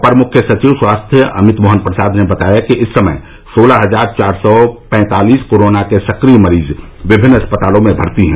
अपर मुख्य सचिव स्वास्थ्य अमित मोहन प्रसाद ने बताया कि इस समय सोलह हजार चार सौ पैंतालीस कोरोना के सक्रिय मरीज विभिन्न अस्पतालों में भर्ती हैं